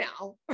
now